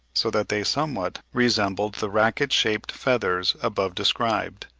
so that they somewhat resembled the racket-shaped feathers above described.